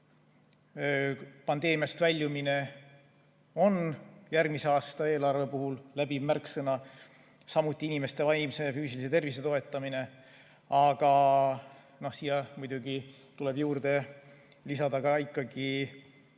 pandeemiast väljumine on järgmise aasta eelarve läbiv märksõna, samuti inimeste vaimse ja füüsilise tervise toetamine. Siia tuleb muidugi juurde lisada ka ikkagi